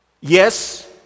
Yes